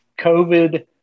COVID